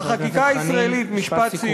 החקיקה הישראלית, חבר הכנסת חנין, משפט סיכום.